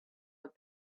what